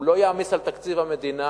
הוא לא יעמיס על תקציב המדינה,